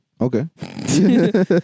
Okay